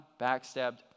backstabbed